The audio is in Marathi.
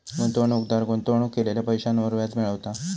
गुंतवणूकदार गुंतवणूक केलेल्या पैशांवर व्याज मिळवता